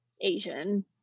Asian